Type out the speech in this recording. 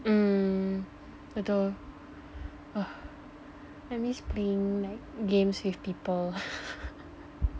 mm betul !wah! I miss playing night games with people